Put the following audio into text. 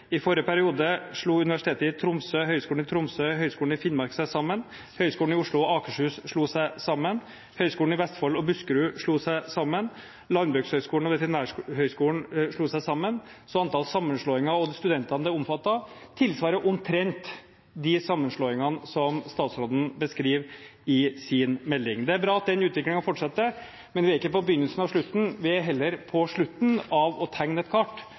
I forrige periode slo Universitetet i Tromsø, Høgskolen i Tromsø og Høgskolen i Finnmark seg sammen, Høgskolen i Oslo og Høgskolen i Akershus slo seg sammen, Høgskolen i Vestfold og Høgskolen i Buskerud slo seg sammen, Landbrukshøgskolen og Veterinærhøgskolen slo seg sammen, så antall sammenslåinger og studentene det omfattet, tilsvarer omtrent de sammenslåingene som statsråden beskriver i sin melding. Det er bra at den utviklingen fortsetter, men vi er ikke på begynnelsen av slutten. Vi er heller på slutten av å tegne et kart